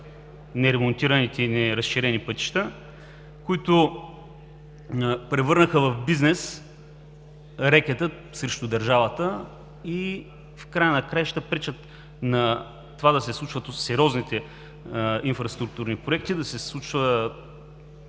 неремонтираните и неразширени пътища. Те превърнаха в бизнес рекета срещу държавата и в края на краищата пречат на това да се случват сериозните инфраструктурни проекти, ако щете,